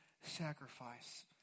sacrifice